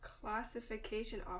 classification